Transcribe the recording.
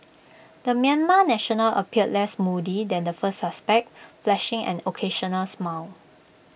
the Myanmar national appeared less moody than the first suspect flashing an occasional smile